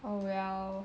oh well